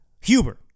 Huber